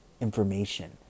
information